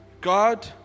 God